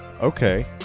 Okay